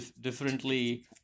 differently